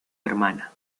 hermana